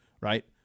Right